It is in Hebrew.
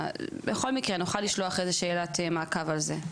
בכל מקרה, נוכל לשלוח איזו שאלת מעכב על זה.